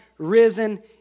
risen